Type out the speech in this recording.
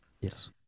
Yes